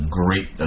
great